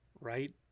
right